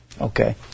okay